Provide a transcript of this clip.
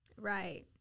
Right